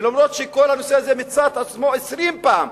ולמרות שכל הנושא הזה מיצה את עצמו 20 פעם,